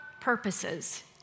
purposes